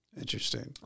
interesting